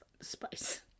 spice